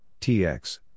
TX